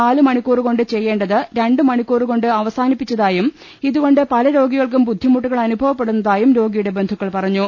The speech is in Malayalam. നാല് മണിക്കൂറുകൊണ്ട് ചെയ്യണ്ടേത് രണ്ടു മണിക്കുറുകൊണ്ട് അവസാനിപ്പിച്ചതായും ഇത് കൊണ്ട് പലരോഗികൾക്കും ബുദ്ധിമുട്ടുകൾ അനുഭപ്പെടുന്നതയും രോഗികളുടെ ബന്ധുകൾ പറഞ്ഞു